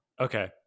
Okay